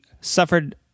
suffered